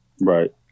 Right